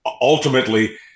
ultimately